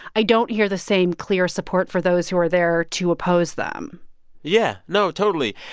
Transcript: i don't hear the same clear support for those who are there to oppose them yeah, no, totally.